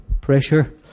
pressure